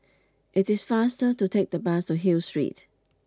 it is faster to take the bus to Hill Street